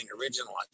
original